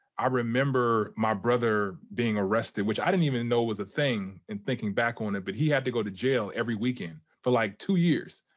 i remember my brother being arrested. which i didn't even know was a thing, and thinking back on it, but he had to go to jail every weekend for like two years.